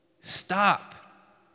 Stop